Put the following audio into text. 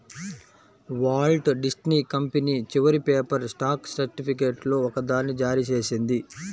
Walt Disney company చివరి paper stock సర్టిఫికేట్లలో ఒకదాన్ని జారీ చేసింది